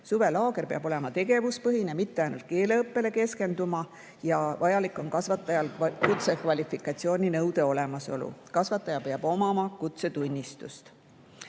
Suvelaager peab olema tegevuspõhine, mitte keskenduma ainult keeleõppele, ja vajalik on kasvataja kutsekvalifikatsiooni nõude olemasolu – kasvataja peab omama kutsetunnistust.